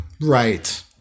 Right